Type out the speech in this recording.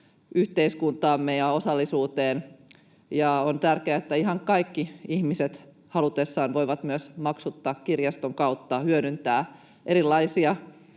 yhteiskuntaamme ja osallisuuteen, ja on tärkeää, että ihan kaikki ihmiset halutessaan voivat myös maksutta kirjaston kautta hyödyntää erilaisia